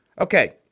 Okay